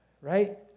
right